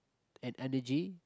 and energy